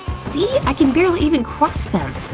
see? i can barely even cross them!